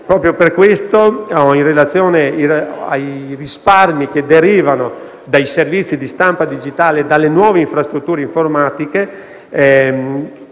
proprio per questo, in relazione ai risparmi che derivano dai servizi di stampa digitale e dalle nuove infrastrutture informatiche,